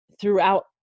throughout